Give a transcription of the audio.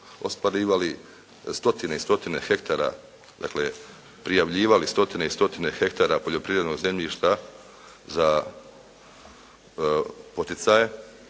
ostvarivali stotine i stotine hektara dakle prijavljivali stotine i stotine hektara poljoprivrednog zemljišta za poticaje